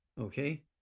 okay